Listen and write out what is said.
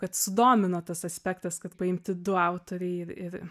kad sudomino tas aspektas kad paimti du autoriai ir ir